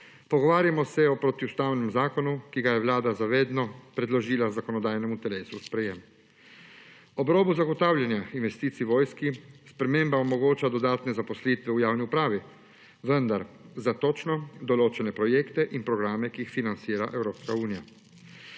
Pogovarjamo se o protiustavnem zakonu, ki ga je Vlada zavedno predložila zakonodajnemu telesu v sprejetje. Ob robu zagotavljanja investicij vojski sprememba omogoča dodatne zaposlitve v javni upravi, vendar za točno določene projekte in programe, ki jih financira Evropska unija.